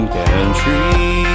country